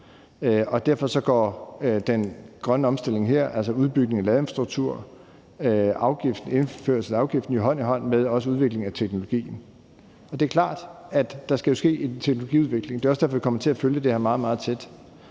Derfor går den grønne omstilling her, altså udbygning af ladeinfrastruktur og indførelsen afgiften, også hånd i hånd med udviklingen af teknologien. Og det er klart, at der jo skal ske en teknologiudvikling. Det er også derfor, vi kommer til at følge det her meget,